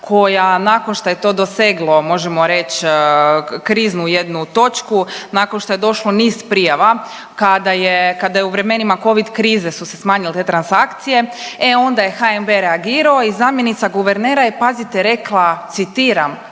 koja nakon što je to doseglo možemo reć kriznu jednu točku, nakon što je došlo niz prijava kada je u vremenima covid krize su se smanjile te transakcije, e onda je HNB reagirao i zamjenica guvernera je pazite rekla citiram